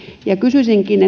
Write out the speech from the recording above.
kysyisinkin